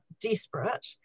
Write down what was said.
desperate